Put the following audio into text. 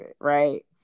right